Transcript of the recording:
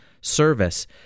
service